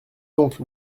donc